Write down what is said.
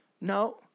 No